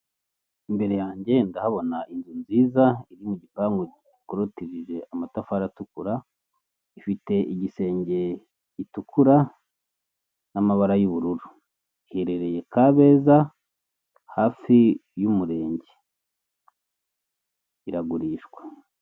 Imbere yanjye ndahabona inzu nziza iri mu gipangu gigorotirije amatafari atukura, ifite igisenge gitukura n'amabara y'ubururu, iherereye kabeza hafi y'umurenge iragurishwa.